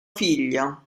figlia